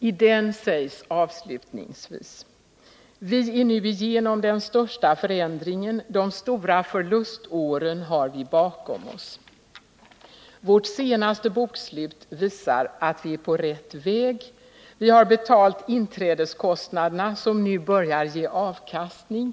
I den sägs avslutningsvis: ”Vi är nu igenom den största förändringen, de stora förluståren har vi bakom oss. Vårt senaste bokslut visar att vi är på rätt väg. Vi har betalt inträdeskostnaderna som nu börjar ge avkastning.